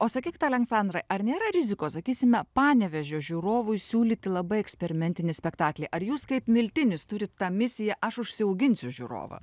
o sakykit aleksandrai ar nėra rizikos sakysime panevėžio žiūrovui siūlyti labai eksperimentinį spektaklį ar jūs kaip miltinis turit tą misiją aš užsiauginsiu žiūrovą